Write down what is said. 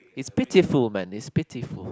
it's pitiful man it's pitiful